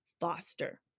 foster